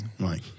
Right